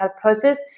process